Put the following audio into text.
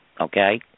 Okay